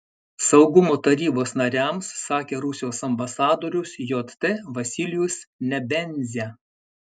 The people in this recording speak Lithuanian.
saugumo tarybos nariams sakė rusijos ambasadorius jt vasilijus nebenzia